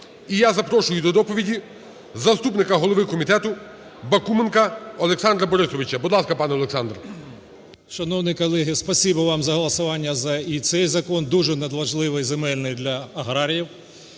І я запрошую до доповіді заступника голови комітету Бакуменка Олександра Борисовича. Будь ласка, пан Олександр. 13:41:14 БАКУМЕНКО О.Б. Шановні колеги! Спасибі вам за голосування і за цей закон, дуже надважливий земельний для аграріїв.